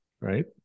right